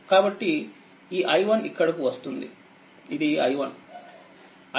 కాబట్టిఈi1ఇక్కడకు వస్తుంది ఇది i1